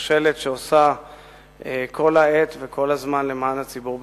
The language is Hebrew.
בשושלת שעושה כל העת וכל הזמן למען הציבור בכללותו.